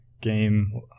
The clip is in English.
game